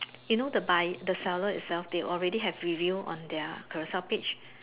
you know the buy the seller itself they already have review on their Carousell page